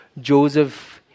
Joseph